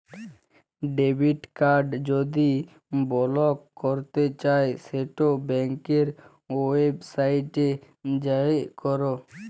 debit card যদি block ক্যরতে চাই সেট ব্যাংকের ওয়েবসাইটে যাঁয়ে ক্যর